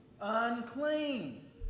Unclean